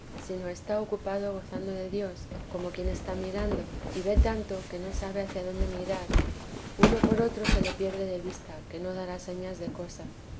no discurre sino está ocupado gozando de dios como quien está mirando y ve tanto que no sabe hacia dónde mirar uno por otro se le pierde de vista que no dará señas de cosa